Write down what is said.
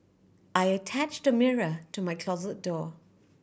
I attached a mirror to my closet door